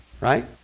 right